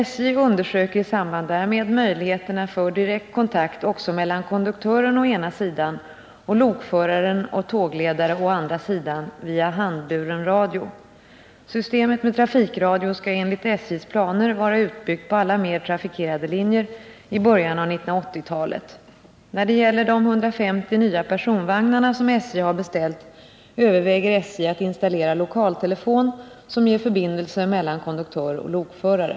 SJ undersöker i samband därmed möjligheterna till direkt kontakt också mellan konduktören å ena sidan och lokföraren och tågledare å andra sidan via handburen radio. Systemet med trafikradio skall enligt SJ:s planer vara utbyggt på alla mer trafikerade linjer i början av 1980-talet. När det gäller de 150 nya personvagnarna som SJ har beställt överväger SJ att installera lokaltelefon som ger förbindelse mellan konduktör och lokförare.